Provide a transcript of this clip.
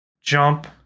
jump